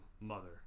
Mother